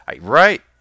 Right